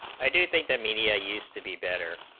i did think the media used to be better